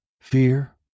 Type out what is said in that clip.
Fear